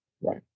Right